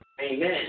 Amen